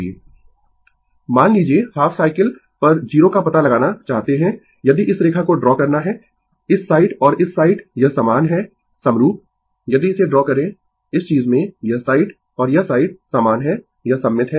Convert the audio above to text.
Refer Slide Time 1025 मान लीजिए half cycle पर 0 का पता लगाना चाहते है यदि इस रेखा को ड्रा करना है इस साइड और इस साइड यह समान है समरूप यदि इसे ड्रा करें इस चीज़ में यह साइड और यह साइड समान है यह सममित है